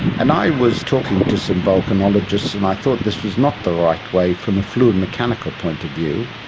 and i was talking to some volcanologists and i thought this was not the right way, from a fluid mechanical point of view.